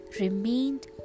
remained